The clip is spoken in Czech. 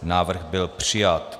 Návrh byl přijat.